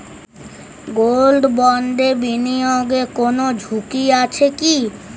Gold বন্ডে বিনিয়োগে কোন ঝুঁকি আছে কি?